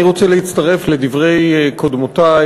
אני רוצה להצטרף לדברי קודמותי,